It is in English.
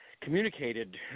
communicated